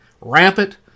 Rampant